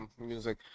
music